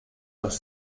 los